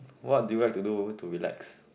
what do you like to do to relax